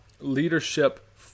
Leadership